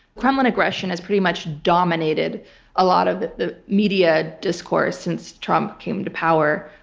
kremlin aggression has pretty much dominated a lot of the media discourse since trump came to power.